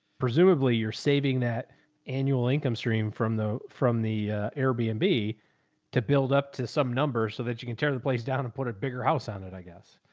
presumably you're saving that annual income stream from the, from the airbnb to build up to some numbers so that you can tear the place down and put a bigger house on it, i guess.